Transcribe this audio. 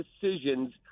decisions